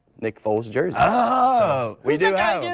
nick foles jersey. ah we do have it.